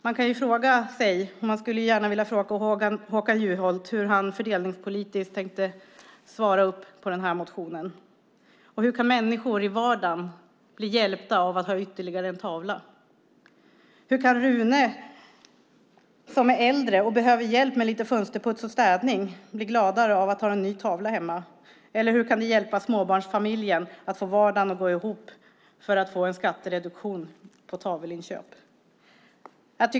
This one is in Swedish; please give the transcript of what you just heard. Man skulle gärna vilja fråga Håkan Juholt hur han fördelningspolitiskt tänkte svara på den motionen. Hur kan människor i vardagen bli hjälpta av ytterligare en tavla? Hur kan Rune, som är äldre och behöver hjälp med lite fönsterputs och städning, bli gladare av att ha en ny tavla hemma? Hur kan det hjälpa småbarnsfamiljen att få vardagen att gå ihop genom att få en skattereduktion på tavelinköp?